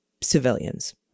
civilians